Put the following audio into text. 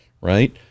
right